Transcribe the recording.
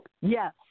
Yes